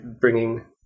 bringing